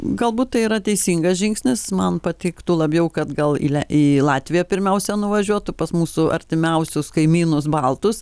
galbūt tai yra teisingas žingsnis man patiktų labiau kad gal į le į latviją pirmiausia nuvažiuotų pas mūsų artimiausius kaimynus baltus